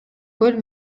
көл